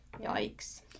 Yikes